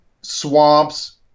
swamps